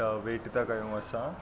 त वेट था कयूं असां